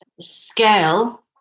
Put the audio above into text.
scale